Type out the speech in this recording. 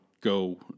go